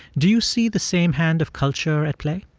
do you see the same hand of culture at play?